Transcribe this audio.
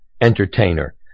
entertainer